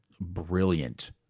brilliant